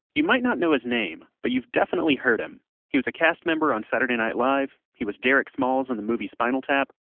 you might not know his name, but you've definitely heard him he was a cast member on saturday night live, he was derek smalls in the movie spinal tap.